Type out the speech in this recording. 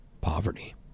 poverty